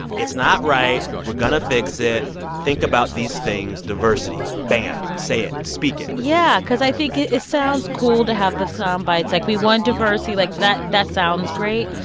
it's not right. we're going to fix it. think about these things. diversity bam. say it. speak it yeah. because i think it it sounds cool to have the soundbites. like, we want diversity like, that that sounds great.